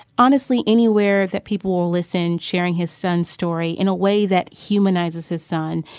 honestly, anywhere that people will listen, sharing his son's story in a way that humanizes his son.